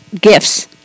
gifts